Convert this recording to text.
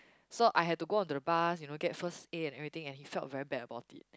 so I had to go onto the bus you know get first aid and everything and he felt very bad about it